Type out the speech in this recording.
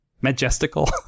Majestical